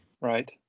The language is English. Right